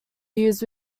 used